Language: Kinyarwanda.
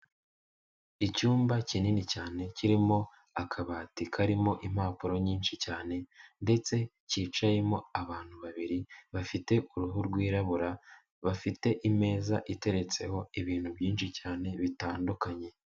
Icyumba kinini cyane kirimo akabati karimo impapuro nyinshi cyane ndetse cyicayemo abantu babiri bafite uruhu rwirabura, bafite imeza iteretseho ibintu byinshi cyane bitandukanye.